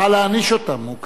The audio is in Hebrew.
הוא קרא להעניש אותם.